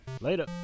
later